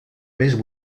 més